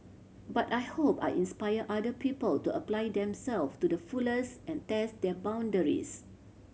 but I hope I inspire other people to apply themselves to the fullest and test their boundaries